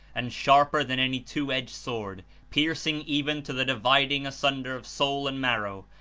and sharper than any two-edged sword, piercing even to the dividing asunder of soul and marrow,